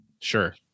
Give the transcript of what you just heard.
sure